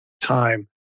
time